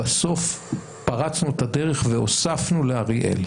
בסוף פרצנו את הדרך והוספנו את אריאל,